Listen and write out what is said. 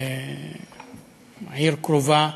עיר קרובה.